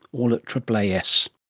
all at aaas